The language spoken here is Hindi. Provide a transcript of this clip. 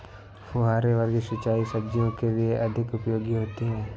फुहारे वाली सिंचाई सब्जियों के लिए अधिक उपयोगी होती है?